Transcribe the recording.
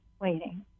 waiting